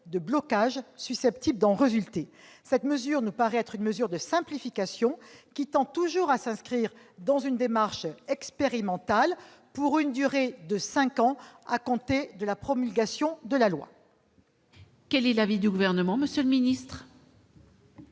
de blocage susceptibles d'en résulter. Cette mesure de simplification tend toujours à s'inscrire dans une démarche expérimentale, pour une durée de cinq ans à compter de la promulgation du présent